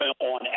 on